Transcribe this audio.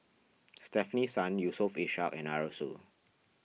Stefanie Sun Yusof Ishak and Arasu